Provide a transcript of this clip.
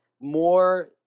more